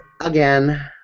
again